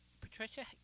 Patricia